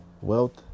Wealth